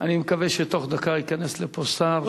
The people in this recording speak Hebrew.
אני מקווה שתוך דקה ייכנס לפה שר.